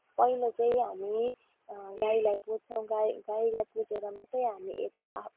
पहिला चाहिँ हामी गाईलाई पुज्छौँ गाई गाईलाई पुजेर मात्रै हामी यता